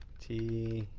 t